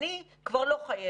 אני כבר לא חיילת,